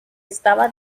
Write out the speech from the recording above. estaba